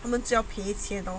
他们就要赔钱 lor